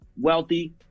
wealthy